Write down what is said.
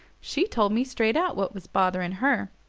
she told me straight out what was bothering her.